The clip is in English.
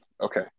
Okay